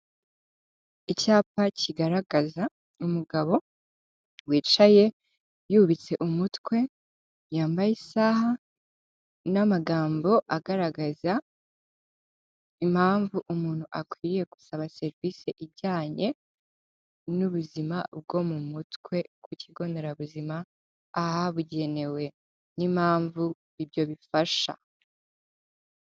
Icyapa kigaragaza umugabo wicaye yubitse umutwe, yambaye isaha, n'amagambo agaragaza impamvu umuntu akwiriye gusaba serivisi ijyanye n'ubuzima bwo mu mutwe ku kigo nderabuzima ahabugenewe n'impamvu ibyo bifasha.